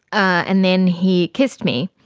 and then he kissed me.